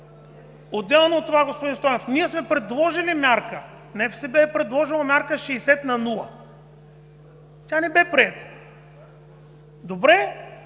отделно от това, господин Стойнев, ние сме предложили мярка, НФСБ е предложило мярка 60/0. Тя не бе приета.